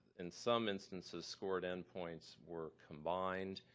in some instances, scored endpoints were combined.